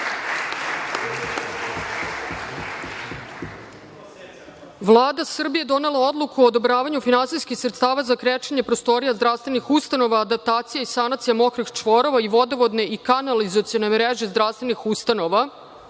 nožu. Vlada Srbije je donela odluku o odobravanju finansijskih sredstava za krečenje prostorija zdravstvenih ustanova, adaptacija i sanacija mokrih čvorova i vodovodne i kanalizacione mreže zdravstvenih ustanova.